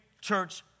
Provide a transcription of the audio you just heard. church